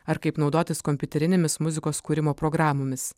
ar kaip naudotis kompiuterinėmis muzikos kūrimo programomis